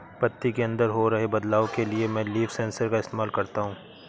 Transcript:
पत्ती के अंदर हो रहे बदलाव के लिए मैं लीफ सेंसर का इस्तेमाल करता हूँ